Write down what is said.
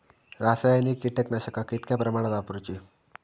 रासायनिक कीटकनाशका कितक्या प्रमाणात वापरूची?